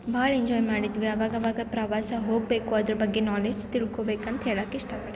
ಭಾಳ್ ಎಂಜಾಯ್ ಮಾಡಿದ್ವಿ ಆವಾಗಾವಾಗ ಪ್ರವಾಸ ಹೊಗಬೇಕು ಅದ್ರ ಬಗ್ಗೆ ನಾಲೆಜ್ ತಿಳ್ಕೊಳ್ಬೇಕಂತ ಹೇಳೋಕ್ ಇಷ್ಟ ಪಡ್ತೀನಿ